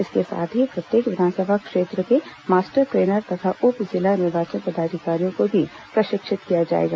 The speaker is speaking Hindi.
इसके साथ ही प्रत्येक विधानसभा क्षेत्र के मास्टर ट्रेनर तथा उप जिला निर्वाचन पदाधिकारियों को भी प्रशिक्षित किया जाएगा